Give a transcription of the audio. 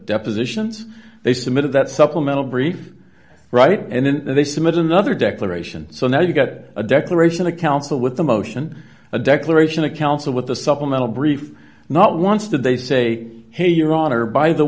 depositions they submitted that supplemental brief right and then they submitted another declaration so now you get a declaration a counsel with a motion a declaration a counsel with the supplemental brief not once did they say hey your honor by the